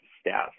staff